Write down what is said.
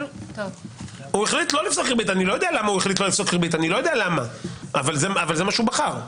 אני לא יודע למה, אבל זה מה שהוא בחר.